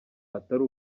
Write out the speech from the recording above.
atari